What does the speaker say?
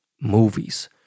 movies